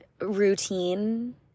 routine